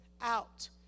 out